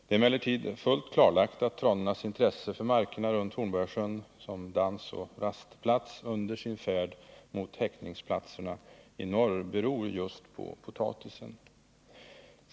Det är emellertid fullt klarlagt att tranornas intresse för markerna runt Hornborgasjön som dansoch rastplats under sin färd mot häckningsplatserna i norr beror på just potatisen.